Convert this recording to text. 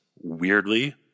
Weirdly